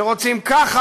שרוצים ככה,